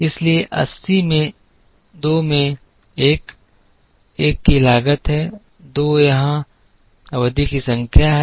इसलिए 80 में 2 में 1 1 की लागत है दो यहां अवधि की संख्या है